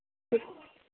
ह्म्म